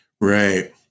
Right